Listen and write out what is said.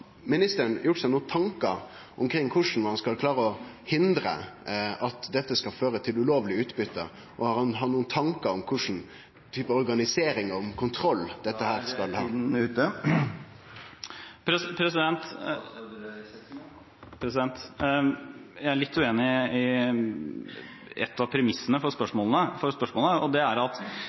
ministeren gjort seg nokon tankar omkring korleis ein skal klare å hindre at dette skal føre til ulovleg utbytte? Og har han nokon tankar om kva slags typar organisering av kontroll dette … Da er tiden ute. Jeg er litt uenig i ett av premissene for spørsmålet, og det er at